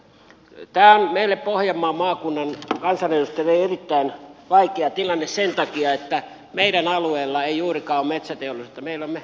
tämä on meille pohjanmaan maakunnan kansanedustajille erittäin vaikea tilanne sen takia että meidän alueellamme ei juurikaan ole metsäteollisuutta